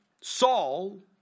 Saul